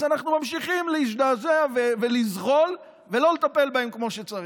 אז אנחנו ממשיכים להזדעזע ולזחול ולא לטפל בהם כמו שצריך.